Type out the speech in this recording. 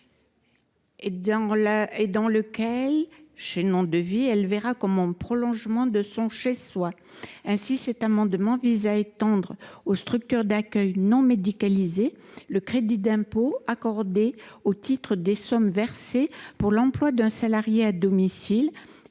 et dans lequel elle verra comme un prolongement de son propre domicile. Ainsi, cet amendement vise à étendre aux structures d’accueil non médicalisé le crédit d’impôt accordé au titre des sommes versées pour l’emploi d’un salarié à domicile